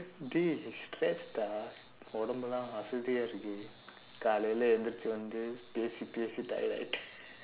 dey stress dah உடம்பெல்லாம் அசதியா இருக்குது காலையிலே ஏஞ்திருச்சு வந்து பேசி பேசி:udampellaam asathiyaa irukkuthu kaalaiyilee eenjthiruchsu vandthu peesi peesi tired-aa ஆயிட்டு:aayitdu